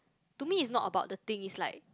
to me is not about the thing is like